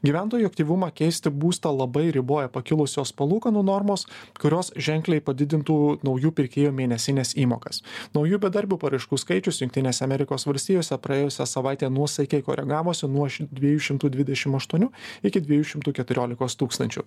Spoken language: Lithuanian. gyventojų aktyvumą keisti būstą labai riboja pakilusios palūkanų normos kurios ženkliai padidintų naujų pirkėjų mėnesines įmokas naujų bedarbių paraiškų skaičius jungtinėse amerikos valstijose praėjusią savaitę nuosaikiai koregavosi nuo dviejų šimtų dvidešim aštuonių iki dviejų šimtų keturiolikos tūkstančių